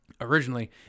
Originally